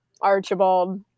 Archibald